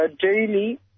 daily